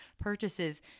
purchases